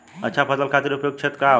अच्छा फसल खातिर उपयुक्त क्षेत्र का होखे?